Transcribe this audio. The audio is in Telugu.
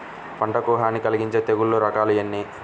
పంటకు హాని కలిగించే తెగుళ్ళ రకాలు ఎన్ని?